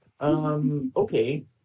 Okay